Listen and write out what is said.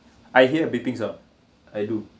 I hear beeping so I do